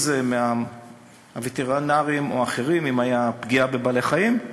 אם זה מהשירותים הווטרינריים או אחרים אם הייתה פגיעה בבעלי-חיים,